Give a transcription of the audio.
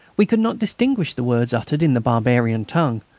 we could not distinguish the words uttered in the barbarian tongue.